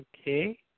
Okay